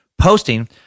posting